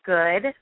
Good